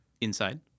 Inside